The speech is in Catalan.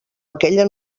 aquella